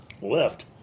left